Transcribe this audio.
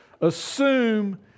assume